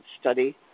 Study